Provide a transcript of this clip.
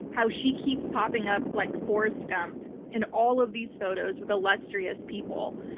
how she keeps popping up like forrest gump in all of these photos with illustrious people.